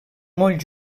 molt